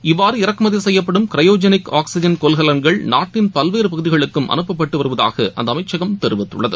இவ்வாறு இறக்குமதிசெய்யப்படும் cryogenic oxygen கொள்கலன்கள் நாட்டின் பல்வேறுபகுதிகளுக்கும் அனுப்பப்பட்டுவருவதாகஅமைச்சகம் தெரிவித்துள்ளது